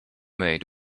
made